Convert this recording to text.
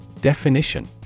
Definition